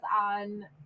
on